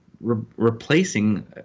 replacing